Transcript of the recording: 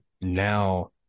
Now